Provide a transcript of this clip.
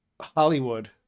Hollywood